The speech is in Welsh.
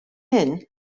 hyn